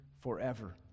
forever